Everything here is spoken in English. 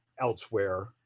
elsewhere